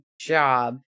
job